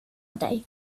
dig